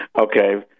Okay